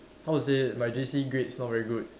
how to say my J_C grades not very good